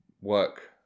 work